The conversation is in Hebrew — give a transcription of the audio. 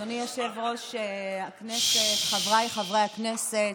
אדוני יושב-ראש הכנסת, חבריי חברי הכנסת,